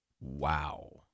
Wow